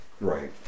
Right